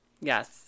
yes